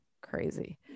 Crazy